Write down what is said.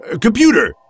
Computer